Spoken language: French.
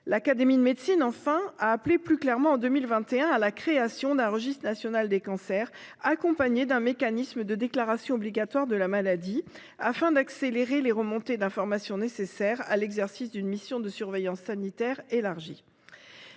nationale de médecine, enfin, a appelé plus clairement en 2021 à la création d'un registre national des cancers, accompagné d'un mécanisme de déclaration obligatoire de la maladie, afin d'accélérer les remontées d'informations nécessaires à l'exercice d'une mission de surveillance sanitaire élargie.